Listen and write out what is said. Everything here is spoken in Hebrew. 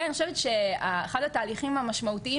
ואני חושבת שאחד התהליכים המשמעותיים